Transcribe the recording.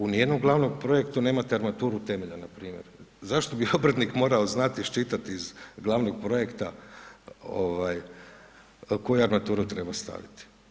U nijednom glavnom projektu nemate armaturu temelja, npr. Zašto bi obrtnik morao znati iščitati iz glavnog projekta, koju armaturu treba staviti?